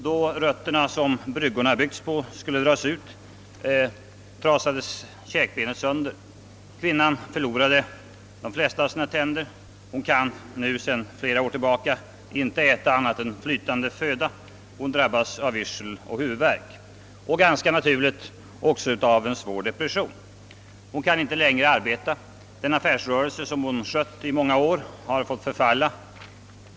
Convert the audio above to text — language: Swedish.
Då de rötter som bryggorna byggts på skulle dras ut, trasades käkbenet sönder. Kvinnan förlorade de flesta av sina tänder. Hon kan nu sedan flera år tillbaka inte äta annat än flytande föda. Hon drabbas av yrsel och huvudvärk och ganska naturligt även av svår depression. Hon kan inte längre arbeta. Den affärsrörelse som hon skött i många år får förfalla.